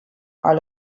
are